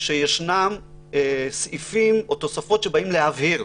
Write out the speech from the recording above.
שיש סעיפים או תוספות שבאים להבהיר,